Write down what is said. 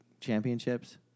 championships